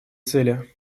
цели